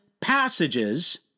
passages